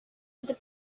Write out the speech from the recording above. with